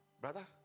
Brother